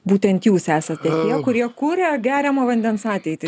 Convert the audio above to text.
būtent jūs esate tie kurie kuria geriamo vandens ateitį